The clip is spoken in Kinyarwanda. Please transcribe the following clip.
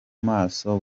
maso